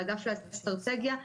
באגף אסטרטגיה,